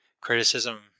criticism